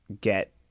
get